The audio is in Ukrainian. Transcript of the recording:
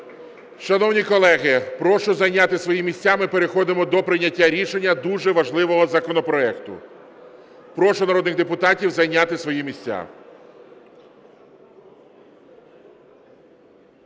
Шановні колеги, прошу зайняти свої місця, ми переходимо до прийняття рішення дуже важливого законопроекту. Прошу народних депутатів зайняти свої місця.